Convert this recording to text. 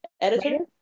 editor